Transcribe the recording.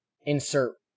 insert